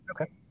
Okay